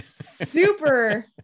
super